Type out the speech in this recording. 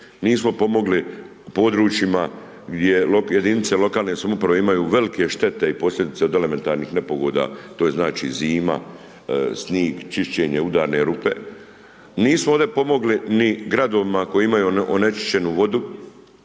nismo pomogli područjima gdje jedinice lokalne samouprave imaju velike štete i posljedice od elementarnih nepogoda, to je znači, zima, snig, čišćenje, udarne rupe. Nisu ovdje pomogli ni gradovima koji imaju onečišćenu vodu,